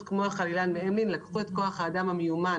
כמו החלילן מהמלין לקחו את כוח האדם המיומן